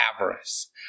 avarice